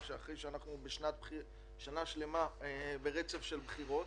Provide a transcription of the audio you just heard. אחרי ששנה שלמה אנחנו ברצף של בחירות,